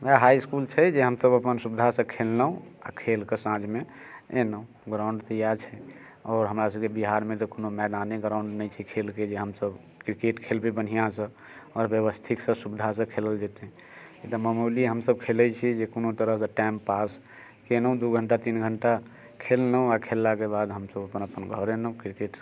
वएह high school छै जे हमसब अपन सुविधासँ खेललहुँ आओर खेलकऽ साँझमे एलहुँ ग्राउंड तऽ यएह छै आओर हमरा सबके बिहारमे तऽ कोनो मैदाने ग्राउंड नहि छै खेलके जे हमसब क्रिकेट खेलबै बढ़िआँसँ आओर व्यवस्थितसँ सुविधासँ खेलल जेतै ई तऽ मामूली हमसब खेलै छियै जे कोनो तरहक टाइम पास केलहुँ दू घण्टा तीन घण्टा खेललहुँ आओर खेललाके बाद हमसब अपन अपन घर एलहुँ क्रिकेट